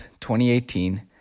2018